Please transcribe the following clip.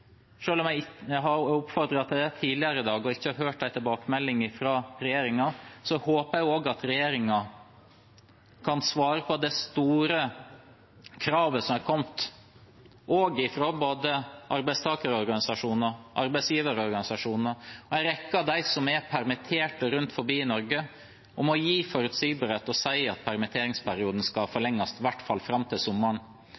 ikke hørt noen tilbakemelding fra regjeringen, at regjeringen kan svare på det store kravet som er kommet fra både arbeidstakerorganisasjoner, arbeidsgiverorganisasjoner og en rekke av dem som er permittert rundt omkring i Norge, om å gi forutsigbarhet og si at permitteringsperioden skal